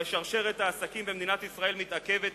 הרי שרשרת העסקים במדינת ישראל מתעכבת